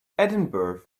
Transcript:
edinburgh